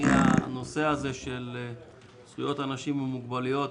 הנושא הזה של זכויות עם מוגבלויות,